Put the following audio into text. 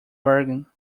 bargain